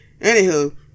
anywho